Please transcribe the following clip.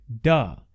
Duh